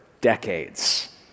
decades